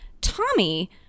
tommy